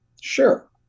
sure